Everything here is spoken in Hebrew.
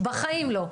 בחיים לא.